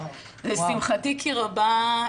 לשמחתי כי רבה,